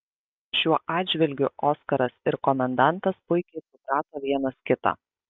šiuo atžvilgiu oskaras ir komendantas puikiai suprato vienas kitą